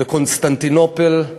בקונסטנטינופול,